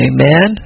Amen